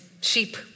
sheep